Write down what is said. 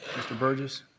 mr. burgess.